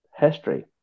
history